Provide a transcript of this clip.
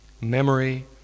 Memory